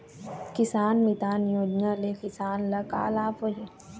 किसान मितान योजना ले किसान ल का लाभ होही?